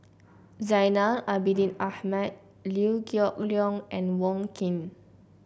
Zainal Abidin Ahmad Liew Geok Leong and Wong Keen